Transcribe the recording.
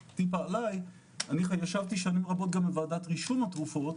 אני ישבתי שנים רבות בוועדת רישום התרופות